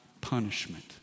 punishment